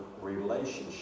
relationship